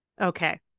Okay